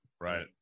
Right